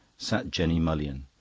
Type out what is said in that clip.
sat jenny mullion.